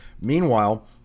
Meanwhile